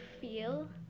feel